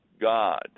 God